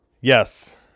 Yes